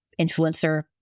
influencer